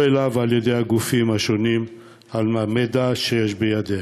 אליו על-ידי הגופים השונים על המידע שיש בידיהם.